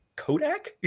Kodak